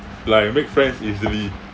like I make friends easily